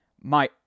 My-